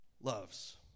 loves